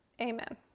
amen